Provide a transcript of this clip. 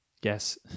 Guess